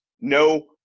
No